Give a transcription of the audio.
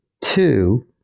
Two